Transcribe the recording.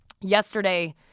yesterday